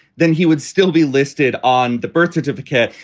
then he would still be listed on the birth certificate,